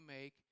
make